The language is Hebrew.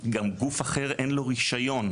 גם גוף אחר, אין לו רישיון.